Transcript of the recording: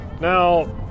now